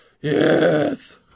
yes